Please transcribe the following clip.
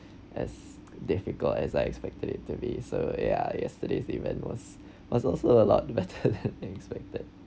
as difficult as I expected it to be so ya yesterday's event was was was a lot better than expected